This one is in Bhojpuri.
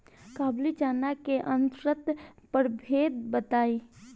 काबुली चना के उन्नत प्रभेद बताई?